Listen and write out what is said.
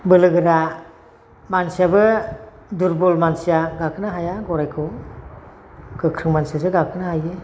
बोलोगोरा मानसियाबो दुरबल मानसिया गाखोनो हाया गरायखौ गोख्रों मानसियासो गाखोनो हायो